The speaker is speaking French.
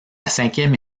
cinquième